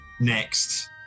next